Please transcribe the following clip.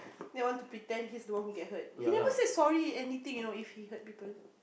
then want to pretend he's the one get hurt he never say sorry anything you know if he's hurt people